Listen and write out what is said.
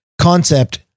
concept